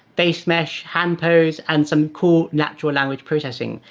face mesh, hand pose, and some cool natural language processing.